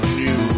new